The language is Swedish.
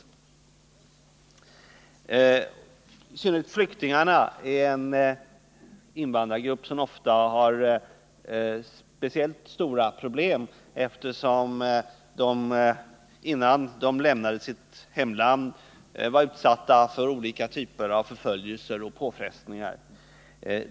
kommunerna för I synnerhet flyktingarna är en invandrargrupp som ofta har speciellt stora — hjälp till flyktingar problem, eftersom de innan de lämnade sitt hemland var utsatta för olika — m, fl. typer av förföljelser och påfrestningar.